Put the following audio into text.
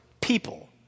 people